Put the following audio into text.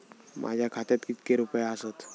माझ्या खात्यात कितके रुपये आसत?